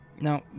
Now